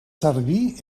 servir